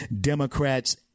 Democrats